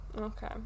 Okay